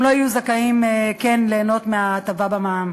לא יהיו זכאים ליהנות מההטבה במע"מ.